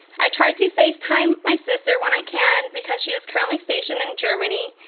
i try to facetime my sister when i can because she is currently stationed in germany.